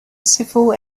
civil